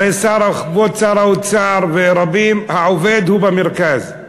הרי, כבוד שר האוצר ורבים, העובד הוא במרכז.